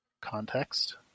context